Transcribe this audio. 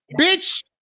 bitch